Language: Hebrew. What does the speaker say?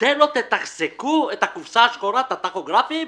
אתם לא תתחזקו את הקופסה השחורה, את הטכוגרפים?